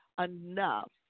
enough